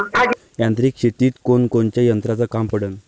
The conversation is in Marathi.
यांत्रिक शेतीत कोनकोनच्या यंत्राचं काम पडन?